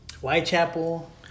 Whitechapel